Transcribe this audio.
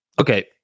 okay